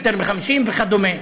יותר מ-50 וכדומה.